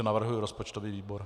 Navrhuji rozpočtový výbor.